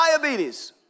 diabetes